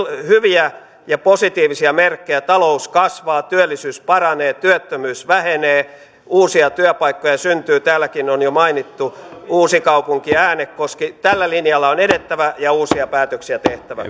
hyviä ja positiivisia merkkejä talous kasvaa työllisyys paranee työttömyys vähenee uusia työpaikkoja syntyy täälläkin on jo mainittu uusikaupunki ja äänekoski tällä linjalla on edettävä ja uusia päätöksiä tehtävä